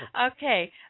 Okay